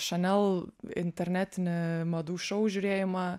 chanel internetinį madų šou žiūrėjimą